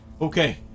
Okay